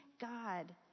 God